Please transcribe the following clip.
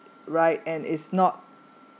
right and it's not